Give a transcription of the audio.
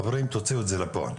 חברים, תוציאו את זה לפועל.